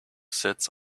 sits